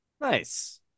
Nice